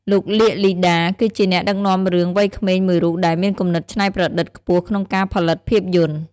លោក លៀក លីដា គឺជាអ្នកដឹកនាំរឿងវ័យក្មេងមួយរូបដែលមានគំនិតច្នៃប្រឌិតខ្ពស់ក្នុងការផលិតភាពយន្ត។